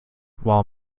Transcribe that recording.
while